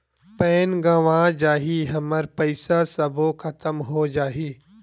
Pan गंवा जाही हमर पईसा सबो खतम हो जाही?